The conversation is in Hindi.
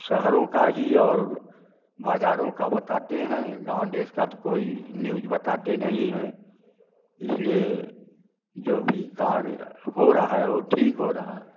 शहरों का ही और बाज़ारों का बताते हैं गाँव देश का तो कोई न्यूज़ बताते नहीं है इसलिए जो भी कार्य हो रहा है वह ठीक हो रहा है